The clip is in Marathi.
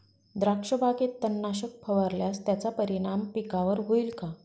द्राक्षबागेत तणनाशक फवारल्यास त्याचा परिणाम पिकावर होईल का?